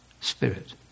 spirit